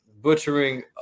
butchering